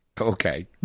Okay